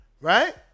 Right